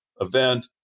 event